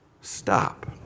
Stop